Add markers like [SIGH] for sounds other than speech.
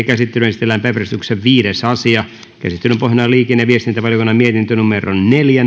[UNINTELLIGIBLE] käsittelyyn esitellään päiväjärjestyksen viides asia käsittelyn pohjana on liikenne ja viestintävaliokunnan mietintö neljä [UNINTELLIGIBLE]